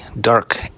dark